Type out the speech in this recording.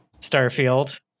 Starfield